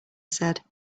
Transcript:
said